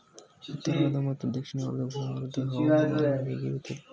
ಉತ್ತರಾರ್ಧ ಮತ್ತು ದಕ್ಷಿಣಾರ್ಧ ಗೋಳದಲ್ಲಿ ಹವಾಮಾನ ಹೇಗಿರುತ್ತದೆ?